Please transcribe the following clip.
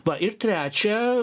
va ir trečia